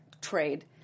trade